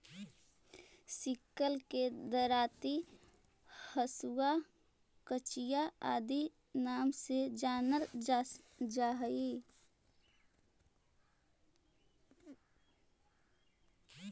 sickle के दरांति, हँसुआ, कचिया आदि नाम से जानल जा हई